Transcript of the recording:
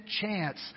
chance